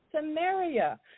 Samaria